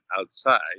outside